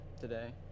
today